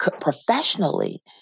professionally